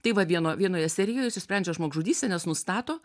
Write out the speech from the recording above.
tai va vieno vienoje serijoje jis išsisprendžia žmogžudystę nes nustato